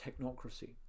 technocracy